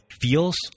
feels